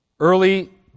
Early